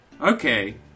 Okay